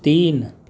تین